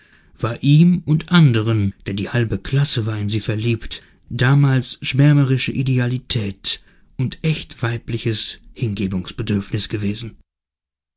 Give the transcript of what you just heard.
war ihm und anderen denn die halbe klasse war in sie verliebt damals schwärmerische idealität und echt weibliches hingebungsbedürfnis gewesen